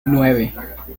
nueve